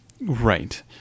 Right